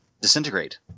disintegrate